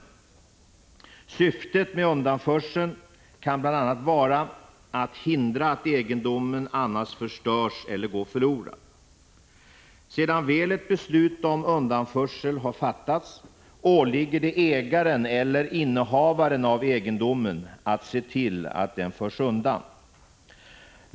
Syftet med undanförseln kan bl.a. vara att hindra att egendomen annars förstörs eller går förlorad. Sedan ett beslut om undanförsel väl har fattats, åligger det ägaren eller innehavaren av egendomen att se till att den förs undan.